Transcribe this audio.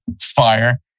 fire